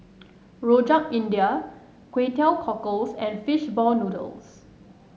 Rojak India Kway Teow Cockles and fish ball noodles